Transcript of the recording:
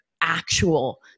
actual